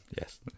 Yes